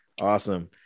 Awesome